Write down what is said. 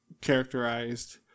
Characterized